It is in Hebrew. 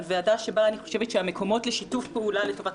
על ועדה שבה אני חושבת שהמקומות לשיתוף פעולה לטובת